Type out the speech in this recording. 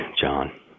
John